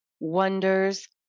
wonders